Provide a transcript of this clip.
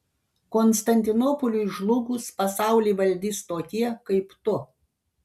konstantinopoliui žlugus pasaulį valdys tokie kaip tu